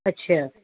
اچھا